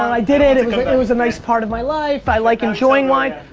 i did it, it it was a nice part of my life. i like enjoying wine.